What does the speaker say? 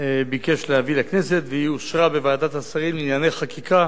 ביקש להביא לכנסת והיא אושרה בוועדת השרים לענייני חקיקה